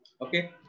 Okay